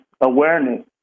awareness